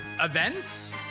events